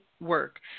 work